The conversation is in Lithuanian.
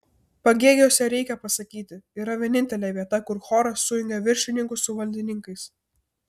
pagėgiuose reikia pasakyti yra vienintelė vieta kur choras sujungia viršininkus su valdininkais